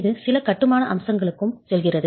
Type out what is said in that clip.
இது சில கட்டுமான அம்சங்களுக்கும் செல்கிறது